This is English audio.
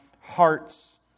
hearts